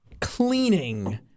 cleaning